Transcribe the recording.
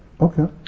Okay